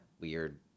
weird